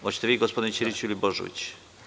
Hoćete vi gospodine Ćiriću ili Božović?